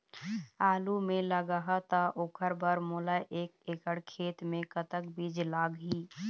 आलू मे लगाहा त ओकर बर मोला एक एकड़ खेत मे कतक बीज लाग ही?